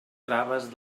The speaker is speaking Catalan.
traves